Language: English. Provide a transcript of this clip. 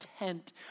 intent